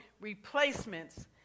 replacements